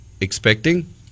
expecting –